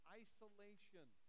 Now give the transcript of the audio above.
isolation